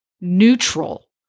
neutral